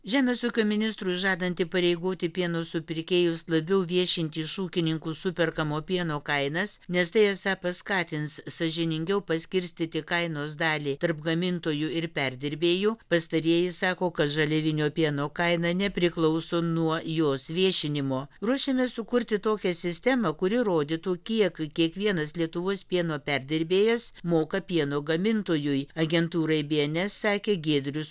žemės ūkio ministrui žadant įpareigoti pieno supirkėjus labiau viešinti iš ūkininkų superkamo pieno kainas nes tai esą paskatins sąžiningiau paskirstyti kainos dalį tarp gamintojų ir perdirbėjų pastarieji sako kad žaliavinio pieno kaina nepriklauso nuo jos viešinimo ruošiamės sukurti tokią sistemą kuri rodytų kiek kiekvienas lietuvos pieno perdirbėjas moka pieno gamintojui agentūrai bė en es sakė giedrius